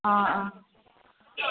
ആ ആ